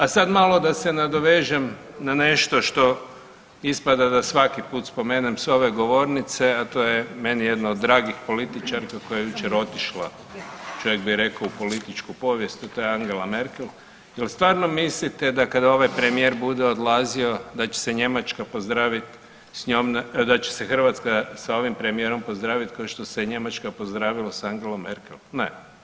A sad malo da se nadovežem na nešto što ispada da svaki put spomenem sa ove govornice, a to je meni jedna od dragih političarka koje je jučer otišla, čovjek bi rekao u političku povijest, a to je Angela Merkel, jel stvarno mislite da kada ovaj premijer bude odlazio da će se Njemačka pozdravit s njoj, da će se Hrvatska s ovim premijerom pozdravit kao se Njemačka pozdravila sa Angelom Merkel, ne.